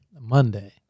Monday